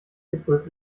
geprüft